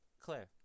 Claire